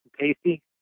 tasty